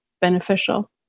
beneficial